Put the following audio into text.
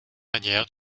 manières